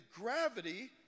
gravity